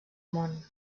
món